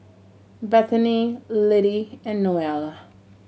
Bethany Littie and Noelle